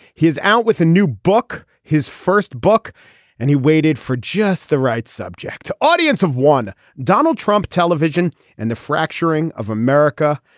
out with a new book. his first book and he waited for just the right subject to audience of one donald trump television and the fracturing of america.